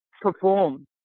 perform